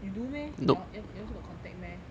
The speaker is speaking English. you do meh you all you all got you all also got contact meh